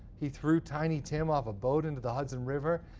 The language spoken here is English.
he threw tiny tim off a boat into the hudson river.